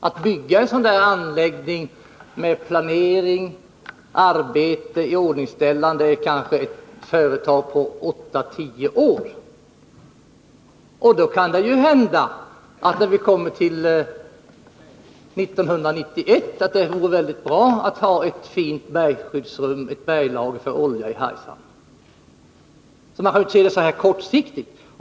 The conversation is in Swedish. Att bygga en sådan anläggning med planering, arbete och iordningställande är kanske ett företag på åtta tio år, och det kan ju hända att det, när vi kommer till 1991, vore väldigt bra att ha ett fint berglager för olja i Hargshamn. Man får inte se det så där kortsiktigt.